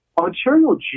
Ontario